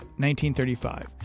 1935